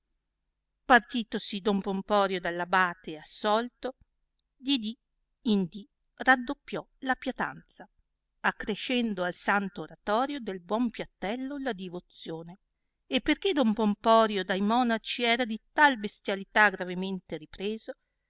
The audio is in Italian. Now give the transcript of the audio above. partitosi don pomporio dall'abbate e assolto di dì in dì raddoppiò la piatanza accrescendo al satìto oratorio del buon piattello la divozione e perchè don pomporio dai monaci era di tal bestialità gravemente ripreso